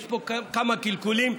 יש פה כמה קלקולים,